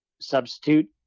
substitute